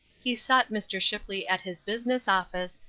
he sought mr. shipley at his business office,